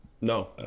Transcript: No